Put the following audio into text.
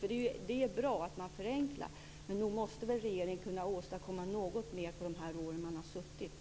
Det är bra att man förenklar. Men nog måste regeringen ha kunnat åstadkomma mer under de år man har suttit.